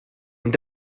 ond